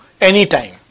anytime